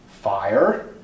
Fire